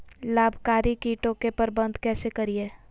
लाभकारी कीटों के प्रबंधन कैसे करीये?